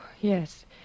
yes